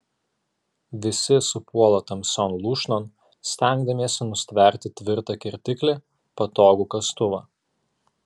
visi supuola tamsion lūšnon stengdamiesi nustverti tvirtą kirtiklį patogų kastuvą